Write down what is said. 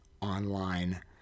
online